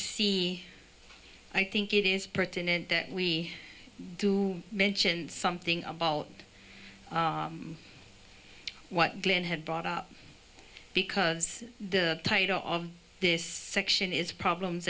sea i think it is pertinent that we do mentioned something about what glenn had brought up because the title of this section is problems